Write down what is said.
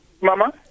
Mama